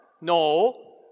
No